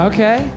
Okay